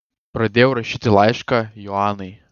pradėjau rašyti laišką joanai